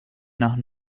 nach